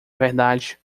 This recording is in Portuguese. verdade